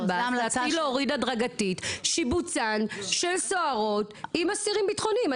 להתחיל להוריד הדרגתית שיבוצן של סוהרות עם אסירים ביטחוניים.